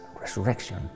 resurrection